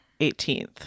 18th